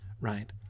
right